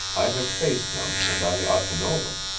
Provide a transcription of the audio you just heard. i have faced them and i ought to know them.